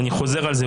אני חוזר על זה,